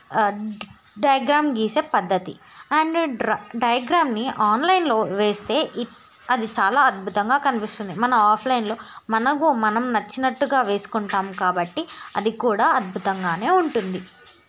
diagram గీసే పద్ధతి and డయాగ్రామ్ని ఆన్లైన్లో వేస్తే అది చాలా అద్భుతంగా కనిపిస్తుంది మన ఆఫ్లైన్లో మనకు మనం నచ్చినట్టుగా వేసుకుంటాం కాబట్టి అది కూడా అద్భుతంగానే ఉంటుంది